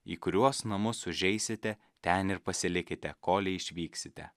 į kuriuos namus užeisite ten ir pasilikite kolei išvyksite